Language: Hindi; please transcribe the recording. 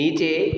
नीचे